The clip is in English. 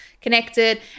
connected